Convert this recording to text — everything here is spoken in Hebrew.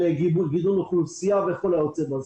גידול אוכלוסייה וכיוצא בזה.